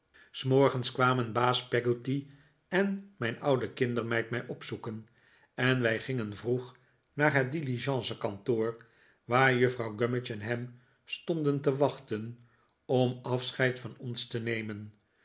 s morgens kwamen baas peggotty en mijn oude kindermeid mij opzoeken en wij gingen vroeg naar het diligence kantoor waar juffrouw gummidge en ham stonden te wachten om afscheid van ons te nemen